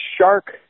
shark